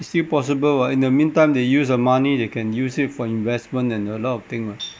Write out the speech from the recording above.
still possible [what] in the meantime they use the money they can use it for investment and a lot of thing mah